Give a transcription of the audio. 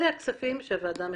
אלה הכספים שהוועדה מחלקת.